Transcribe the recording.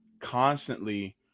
constantly